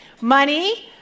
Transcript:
money